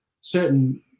certain